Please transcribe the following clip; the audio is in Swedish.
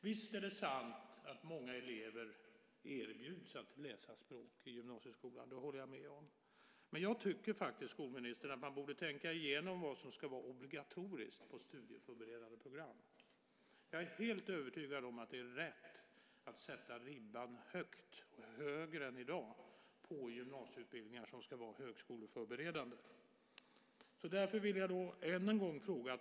Visst är det sant att många elever erbjuds att läsa språk i gymnasieskolan. Det håller jag med om. Men jag tycker att man borde tänka igenom vad som ska vara obligatoriskt på studieförberedande program. Jag är helt övertygad om att det är rätt att sätta ribban högt, högre än i dag, på gymnasieutbildningar som ska vara högskoleförberedande.